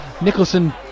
Nicholson